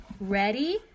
Ready